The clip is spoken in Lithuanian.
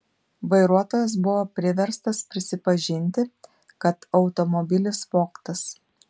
vairuotojas buvo priverstas prisipažinti kad automobilis vogtas